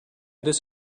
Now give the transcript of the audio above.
this